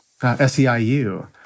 SEIU